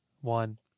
one